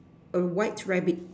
a white rabbit